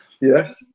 Yes